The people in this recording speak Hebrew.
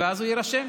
ואז הוא יירשם.